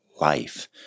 life